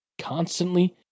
constantly